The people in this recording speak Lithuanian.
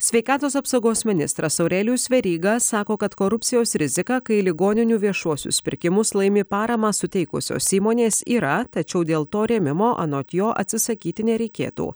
sveikatos apsaugos ministras aurelijus veryga sako kad korupcijos riziką kai ligoninių viešuosius pirkimus laimi paramą suteikusios įmonės yra tačiau dėl to rėmimo anot jo atsisakyti nereikėtų